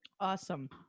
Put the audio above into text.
Awesome